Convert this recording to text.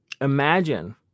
Imagine